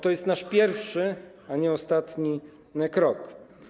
To jest nasz pierwszy, a nie ostatni krok.